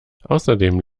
außerdem